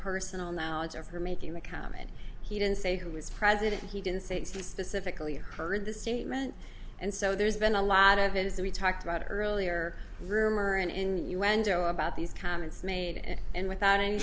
personal knowledge of her make you a comment he didn't say who was president he didn't say specifically you heard the statement and so there's been a lot of it is that we talked about earlier rumor and innuendo about these comments made and without any